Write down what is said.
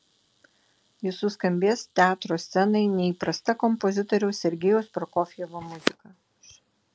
jis suskambės teatro scenai neįprasta kompozitoriaus sergejaus prokofjevo muzika